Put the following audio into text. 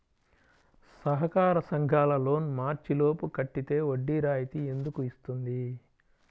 సహకార సంఘాల లోన్ మార్చి లోపు కట్టితే వడ్డీ రాయితీ ఎందుకు ఇస్తుంది?